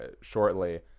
shortly